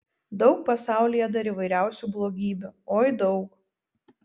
daug pasaulyje dar įvairiausių blogybių oi daug